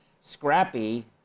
Scrappy